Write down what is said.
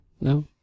No